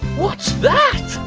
what's that.